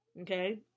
okay